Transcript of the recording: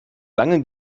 lange